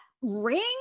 ring